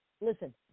Listen